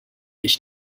ich